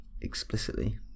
explicitly